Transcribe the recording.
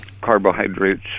carbohydrates